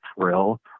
thrill